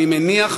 אני מניח,